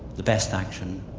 the best action,